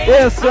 Yes